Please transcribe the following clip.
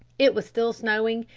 it was still snowing,